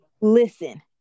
Listen